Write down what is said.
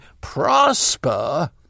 prosper